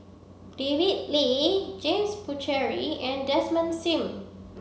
David Lee James Puthucheary and Desmond Sim